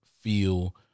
feel